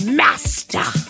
master